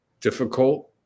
difficult